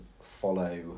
follow